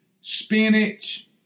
spinach